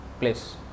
place